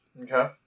Okay